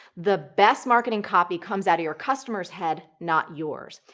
the best marketing copy comes out of your customer's head not yours.